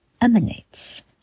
emanates